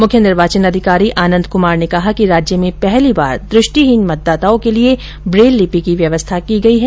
मुख्य निर्वाचन अधिकारी आनंद कुमार ने कहा कि राज्य में पहली बार दृष्टीहीन मतदाताओं के लिए ब्रेल लिपि की व्यवस्था की गई है